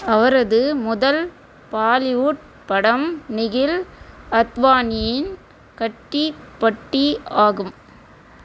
அவரது முதல் பாலிவுட் படம் நிகில் அத்வானியின் கட்டி பட்டி ஆகும்